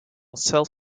self